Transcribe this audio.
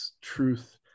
truth